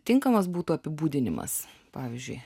tinkamas būtų apibūdinimas pavyzdžiui